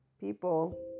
people